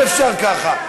אי-אפשר ככה.